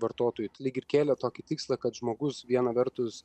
vartotojai lyg ir kėlė tokį tikslą kad žmogus viena vertus